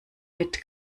mit